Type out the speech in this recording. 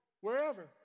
wherever